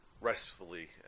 restfully